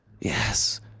yes